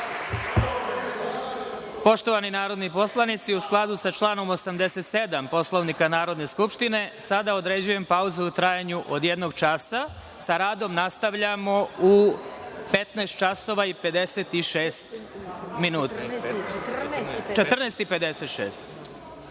Replika.)Poštovani narodni poslanici, u skladu sa članom 87. Poslovnika Narodne skupštine, sada određujem pauzu u trajanju od jednog časa. Sa radom nastavljamo u 14